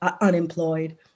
unemployed